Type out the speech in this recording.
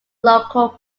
local